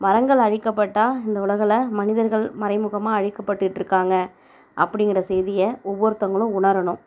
மரங்கள் அழிக்கப்பட்டால் இந்த உலகில் மனிதர்கள் மறைமுகமாக அழிக்க பட்டுட்டுருக்காங்க அப்படிங்கற செய்தியை ஒவ்வொருத்தவங்களும் உணரணும்